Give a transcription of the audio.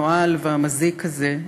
הנואל והמזיק הזה,